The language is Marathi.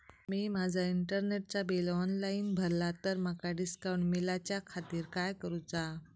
मी माजा इंटरनेटचा बिल ऑनलाइन भरला तर माका डिस्काउंट मिलाच्या खातीर काय करुचा?